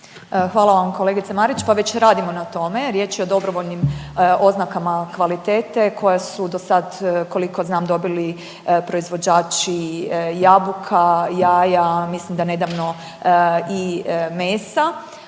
Hvala vam kolegice Marić. Pa već radimo na tome. Riječ je o dobrovoljnim oznakama kvalitete koje su do sad, koliko znam, dobili proizvođači jabuka, jaja, mislim da nedavno i mesa